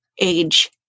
age